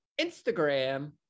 Instagram